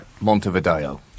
Montevideo